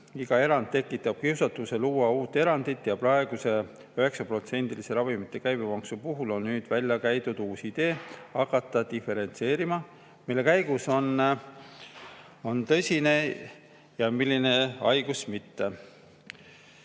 Iga erand tekitab kiusatuse luua uut erandit ja praeguse 9%‑lise ravimite käibemaksu puhul on nüüd välja käidud uus idee: hakata diferentseerima, milline haigus on tõsine ja milline haigus mitte.